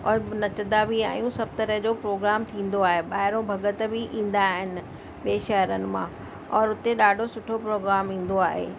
और नचंदा बि आहियूं सभु तरह जो प्रोग्राम थींदो आहे ॿाहिरों भक्त बि ईंदा आहिनि ॿिए शहरनि मां और उते ॾाढो सुठो प्रोग्राम ईंदो आहे